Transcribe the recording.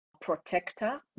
protector